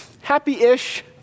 Happy-ish